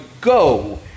go